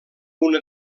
una